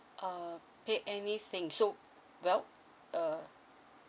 uh pay anything so well uh